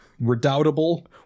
redoubtable